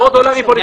בסדר.